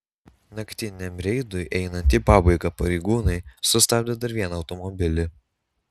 naktiniam reidui einant į pabaigą pareigūnai sustabdė dar vieną automobilį